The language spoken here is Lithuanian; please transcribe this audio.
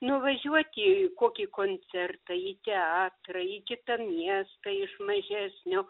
nuvažiuoti į kokį koncertai į teatrą į kitą miestą iš mažesnio